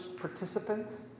participants